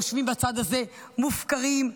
היושבים בצד הזה: מופקרים,